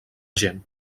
gent